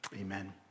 Amen